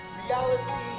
reality